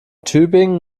tübingen